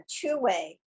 two-way